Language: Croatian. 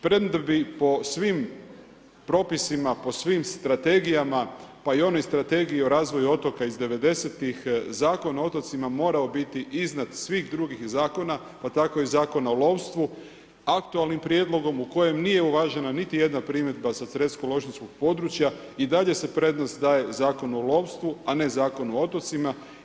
Premda bi po svim propisima, po svim strategijama, pa i onoj strategija o razvoju otoka iz '90. zakon o otocima, morao biti iznad svih drugih zakona, pa tako i Zakona o lovstvu, aktualnim prijedlogom, u kojem nije uvažena niti jedna primjedba sa cresko lošinjskog područja i dalje se prednost daje Zakonu o lovstvu, a ne Zakonu o otocima.